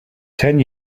ten